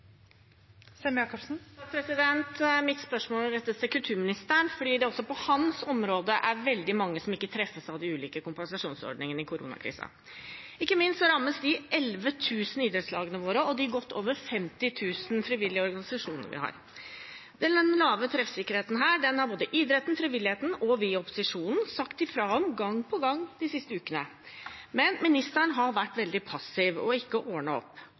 de ulike kompensasjonsordningene i koronakrisen. Ikke minst rammes de 11 000 idrettslagene våre og de godt over 50 000 frivillige organisasjonene vi har. Denne lave treffsikkerheten har idretten, frivilligheten og vi i opposisjonen sagt ifra om, gang på gang, de siste ukene. Men ministeren har vært veldig passiv, ikke ordnet opp